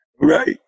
Right